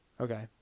Okay